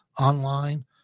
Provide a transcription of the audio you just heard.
online